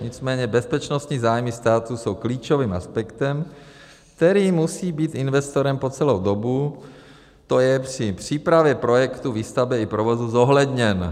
Nicméně bezpečnostní zájmy státu jsou klíčovým aspektem, který musí být investorem po celou dobu, tj. při přípravě projektu, výstavbě i provozu, zohledněn.